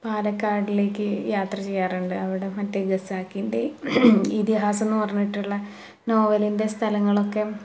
പാലക്കാടിലേക്ക് യാത്ര ചെയ്യാറുണ്ട് അവിടെ മറ്റേ ഖസാക്കിൻറെ ഇതിഹാസം എന്നു പറഞ്ഞിട്ടുള്ള നോവലിൻറെ സ്ഥലങ്ങളൊക്കെ